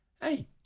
Hey